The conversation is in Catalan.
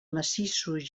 massissos